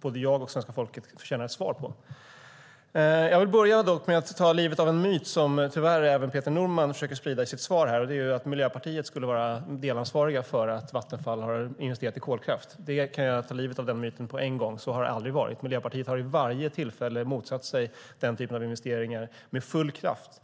både jag och svenska folket förtjänar ett svar på. Jag vill dock börja med att ta livet av en myt som tyvärr även Peter Norman försöker sprida i sitt svar, nämligen att Miljöpartiet skulle vara delansvarigt för att Vattenfall har investerat i kolkraft. Den myten kan jag ta livet av på en gång. Så har det aldrig varit. Miljöpartiet har vid varje tillfälle motsatt sig den typen av investeringar med full kraft.